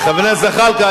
חבר הכנסת זחאלקה,